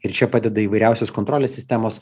ir čia padeda įvairiausios kontrolės sistemos